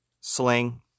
sling